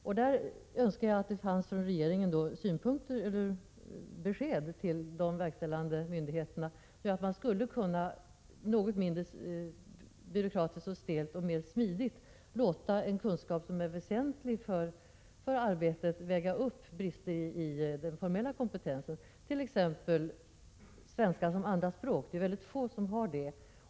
Jag skulle önska att regeringen gav de verkställande myndigheterna besked om att man något mindre stelt och byråkratiskt och mer smidigt kan låta kunskaper som är väsentliga för arbetet väga upp brister i den formella kompetensen, t.ex. svenska som andra språk; det är mycket få som har det.